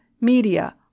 media